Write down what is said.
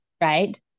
Right